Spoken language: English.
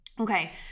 Okay